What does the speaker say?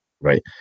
right